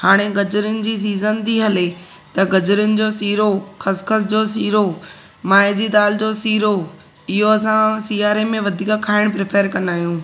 हाणे गजरिन जी सीज़न थी हले त गजरिनि जो सीरो ख़सख़सि जो सीरो मांहिं जी दाल जो सीरो इहो असां सीआरे में वधीक खाइणु प्रिफर कंदा आहियूं